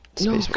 no